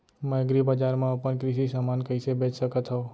मैं एग्रीबजार मा अपन कृषि समान कइसे बेच सकत हव?